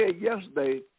yesterday